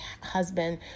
husband